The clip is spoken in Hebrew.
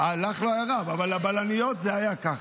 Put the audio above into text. לך לא היה רב, אבל לבלניות זה היה ככה.